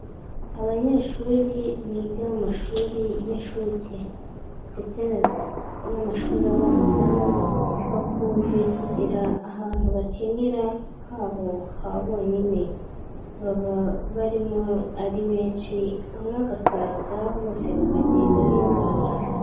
Abanyeshuri biga mu mashuri y'inshuke ndetse n'amashuri abanza bakunze kugira ahantu bakinira habo habonyine, baba barimo ari benshi umwa agakaraga bose bakagenda bikaraga.